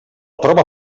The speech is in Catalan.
prova